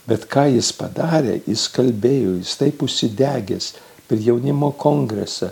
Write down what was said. bet ką jis padarė jis kalbėjo jis taip užsidegęs per jaunimo kongresą